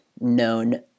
known